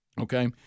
Okay